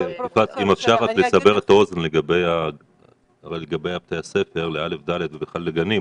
אם אפשר לסבר את האוזן לגבי בתי הספר לכיתות א'-ד' ובכלל לגנים.